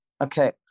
Okay